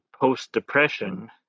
post-depression